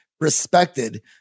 respected